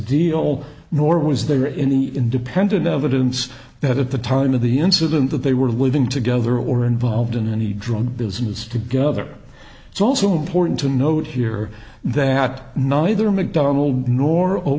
deal nor was there any independent evidence that at the time of the incident that they were living together or involved in any drug business together it's also important to note here that neither mcdonald's nor o